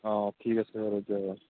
অঁ ঠিক আছে